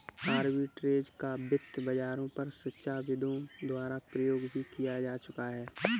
arbitrage का वित्त बाजारों पर शिक्षाविदों द्वारा प्रयोग भी किया जा चुका है